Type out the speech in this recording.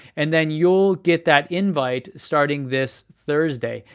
and then you'll get that invite starting this thursday.